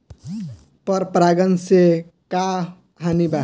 पर परागण से का हानि बा?